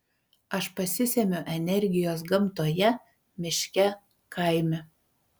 aš pasisemiu energijos gamtoje miške kaime